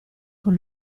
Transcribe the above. con